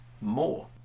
more